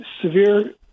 severe